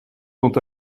sont